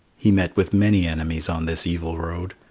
he met with many enemies on this evil road,